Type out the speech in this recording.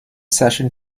session